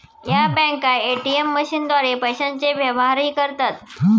या बँका ए.टी.एम मशीनद्वारे पैशांचे व्यवहारही करतात